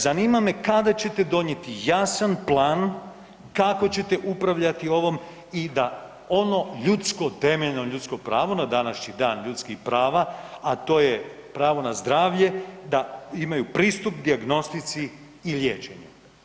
Zanima me kada ćete donijeti jasan plan, kako ćete upravljati ovom i da ono ljudsko, temeljno ljudsko pravo na današnji Dan ljudskih prava, a to je pravo na zdravlje da imaju pristup dijagnostici i liječenju?